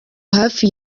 hafi